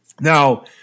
Now